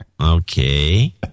Okay